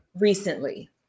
Recently